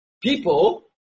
people